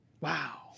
Wow